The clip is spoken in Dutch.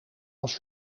als